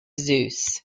zeus